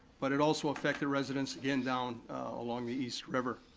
but it also affected residents again down along the east river.